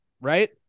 right